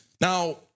Now